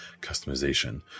customization